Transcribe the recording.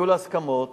הגיעו להסכמות,